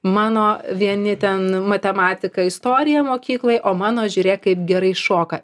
mano vieni ten matematiką istoriją mokykloj o mano žiūrėk kaip gerai šoka